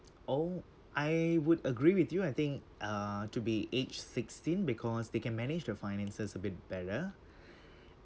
oh I would agree with you I think uh to be age sixteen because they can manage the finances a bit better